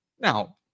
Now